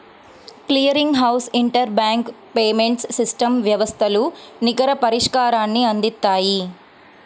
clearing house inter bank payments system వ్యవస్థలు నికర పరిష్కారాన్ని అందిత్తాయి